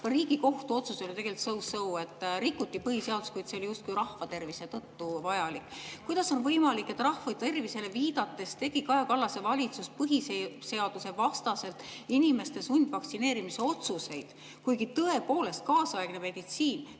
Riigikohtu otsus oli tegelikultso-so, et rikuti põhiseadust, kuid see oli justkui rahvatervise tõttu vajalik. Kuidas on võimalik, et rahvatervisele viidates tegi Kaja Kallase valitsus põhiseadusvastaselt inimeste sundvaktsineerimise otsuseid, kuigi tõepoolest, kaasaegne meditsiin